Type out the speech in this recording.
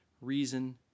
reason